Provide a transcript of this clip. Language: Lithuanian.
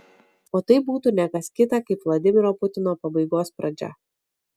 o tai būtų ne kas kita kaip vladimiro putino pabaigos pradžia